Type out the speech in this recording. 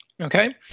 Okay